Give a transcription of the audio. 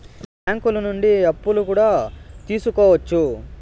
బ్యాంకులు నుండి అప్పులు కూడా తీసుకోవచ్చు